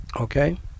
Okay